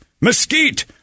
mesquite